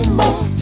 more